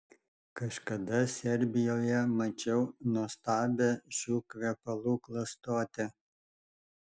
kažkada serbijoje mačiau nuostabią šių kvepalų klastotę